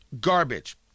garbage